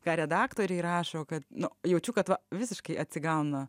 ką redaktoriai rašo kad nu jaučiu kad va visiškai atsigauna